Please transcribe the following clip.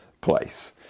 place